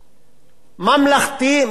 ממלכתי ממשלתי,